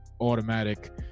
automatic